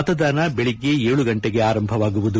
ಮತದಾನ ಬೆಳಿಗ್ಗೆ ಏಳು ಗಂಟೆಗೆ ಆರಂಭವಾಗುವುದು